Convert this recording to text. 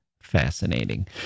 fascinating